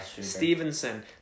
Stevenson